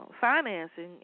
financing